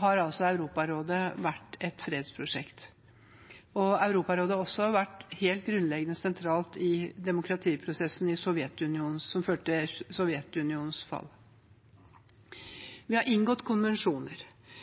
har altså Europarådet vært et fredsprosjekt, og Europarådet har også vært helt grunnleggende sentralt i demokratiprosessen som førte til